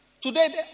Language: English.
Today